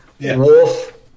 Wolf